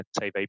TV